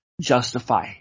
justify